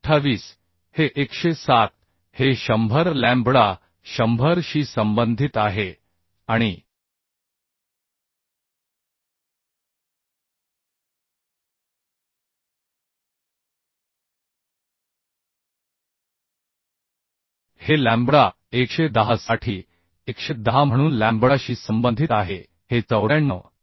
28 हे 107 हे 100 लॅम्बडा 100 शी संबंधित आहे आणि हे लॅम्बडा 110 साठी 110 म्हणून लॅम्बडाशी संबंधित आहे हे 94